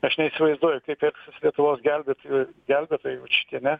aš neįsivaizduoju kaip elgsis lietuvos gelbėtojų gelbėtojai jau šitie ne